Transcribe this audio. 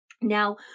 Now